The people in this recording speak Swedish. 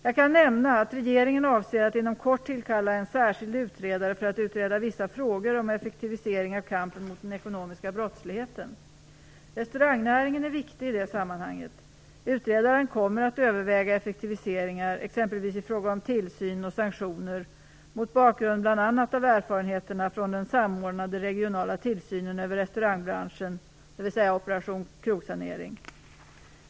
Jag kan nämna att regeringen avser att inom kort tillkalla en särskild utredare för att utreda vissa frågor om effektivisering av kampen mot den ekonomiska brottsligheten. Restaurangnäringen är viktig i det sammanhanget. Utredaren kommer att överväga effektiviseringar exempelvis i fråga om tillsyn och sanktioner mot bakgrund bl.a. av erfarenheterna från den samordnade regionala tillsynen över restaurangbranschen, dvs. Operation krogsanering.